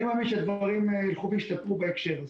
אני מאמין שהדברים ילכו וישתפרו בהקשר הזה.